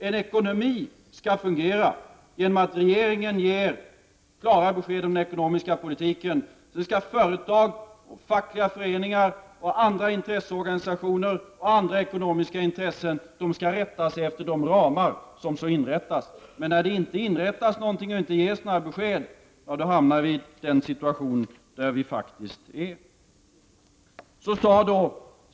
En ekonomi skall fungera genom att regeringen ger klara besked om den ekonomiska politiken. Företag, fackliga föreningar, andra intresseorganisationer och andra ekonomiska intressenter skall då rätta sig efter de ramar som inrättas. När det däremot inte inrättas någonting och när det inte ges några besked hamnar vi i den situation som vi nu befinner oss i.